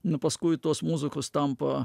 nu paskui tos muzikos tampa